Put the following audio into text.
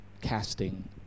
casting